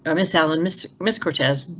ah miss allen, miss miss cortez,